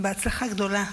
בהצלחה גדולה.